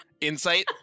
Insight